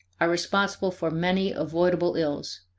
are responsible for many avoidable ills,